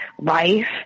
Life